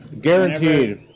Guaranteed